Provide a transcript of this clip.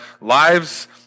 lives